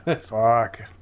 fuck